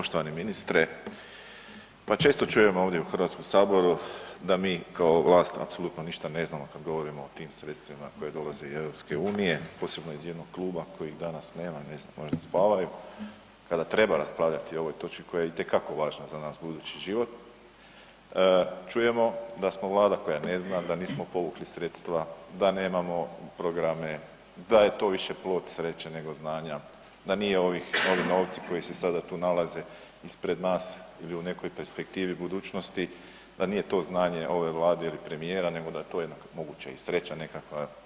Poštovani ministre, pa često čujemo ovdje u HS da mi kao vlast apsolutno ništa ne znamo kad govorimo o tim sredstvima koja dolaze iz EU, posebno iz jednog kluba kojeg danas nema, ne znam možda spavaju kada treba raspravljati o ovoj točki koja je itekako važna za naš budući život, čujemo da smo vlada koja ne zna, da nismo povukli sredstva, da nemamo programe, da je to više plod sreće nego znanja, da nije ovih, ovi novci koji se sada tu nalaze ispred nas ili u nekoj perspektivi budućnosti da to nije znanje ove vlade ili premijera nego da je to jednako moguća i sreća nekakva.